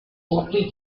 simply